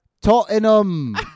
Tottenham